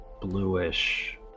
bluish